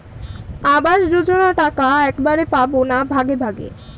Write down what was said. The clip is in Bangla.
আবাস যোজনা টাকা একবারে পাব না ভাগে ভাগে?